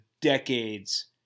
decades